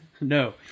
No